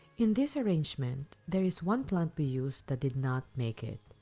in this arrangement, there is one plant we use that did not make it.